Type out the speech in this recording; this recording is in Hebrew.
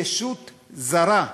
היא ישות זרה,